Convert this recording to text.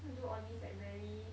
need do all these like very